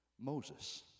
Moses